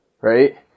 right